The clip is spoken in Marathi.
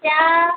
त्या